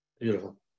Beautiful